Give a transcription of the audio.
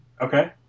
Okay